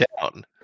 down